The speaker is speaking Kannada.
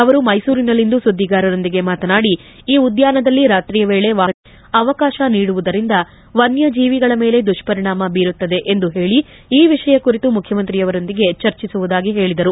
ಅವರು ಮೈಸೂರಿನಲ್ಲಿಂದು ಸುದ್ದಿಗಾರರೊಂದಿಗೆ ಮಾತನಾಡಿ ಈ ಉದ್ದಾನದಲ್ಲಿ ರಾತ್ರಿಯ ವೇಳೆ ವಾಹನ ಸಂಚಾರಕ್ಕೆ ಅವಕಾಶ ನೀಡುವುದರಿಂದ ವಸ್ಥಜೀವಿಗಳ ಮೇಲೆ ದುಪ್ಪರಿಣಾಮ ಬೀರುತ್ತದೆ ಎಂದು ಹೇಳಿ ಈ ವಿಷಯ ಕುರಿತು ಮುಖ್ಯಮಂತ್ರಿಯವರೊಂದಿಗೆ ಚರ್ಚಿಸುವುದಾಗಿ ಹೇಳಿದರು